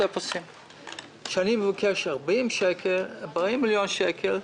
וכשאני מבקש 40 מיליון שקל,